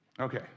Okay